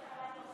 גם אתה